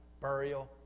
burial